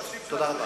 תודה רבה.